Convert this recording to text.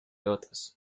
otros